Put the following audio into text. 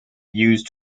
used